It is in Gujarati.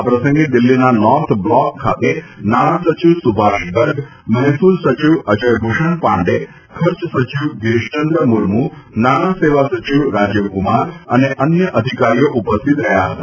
આ પ્રસંગે દિલ્હીના નોર્થ બ્લોક ખાતે નાણાં સચિવ સુભાષ ગર્ગ મહેસૂલ સચિવ અજયભૂષણ પાંડે ખર્ચ સચિવ ગીરીશચંદ્ર મુર્મુ નાણા સેવા સચિવ રાજીવ કુમાર અને અન્ય અધિકારીઓ ઉપસ્થિત રહ્યા હતા